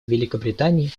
великобритании